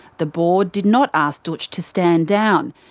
the board did not ask dootch to stand down,